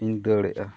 ᱤᱧ ᱫᱟᱹᱲᱮᱜᱼᱟ